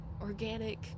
organic